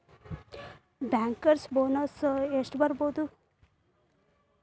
Bankers bonus ಎಷ್ಟ್ ಬರ್ಬಹುದು?